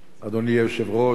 אדוני היושב-ראש,